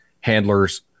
handlers